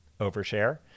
Overshare